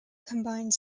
combines